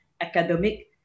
academic